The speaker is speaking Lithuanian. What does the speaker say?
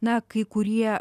na kai kurie